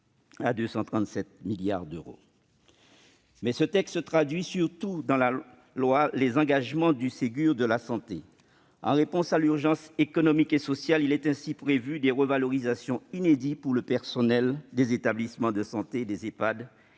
à 237 milliards d'euros. Néanmoins, ce texte traduit surtout dans la loi les engagements du Ségur de la Santé. En réponse à l'urgence économique et sociale, il est ainsi prévu des revalorisations inédites pour le personnel des établissements de santé et des Ehpad,